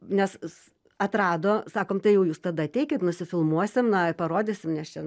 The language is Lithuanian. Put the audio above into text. nes atrado sakom tai jau jūs tada ateikit nusifilmuosim na parodysim nes čia